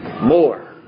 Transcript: more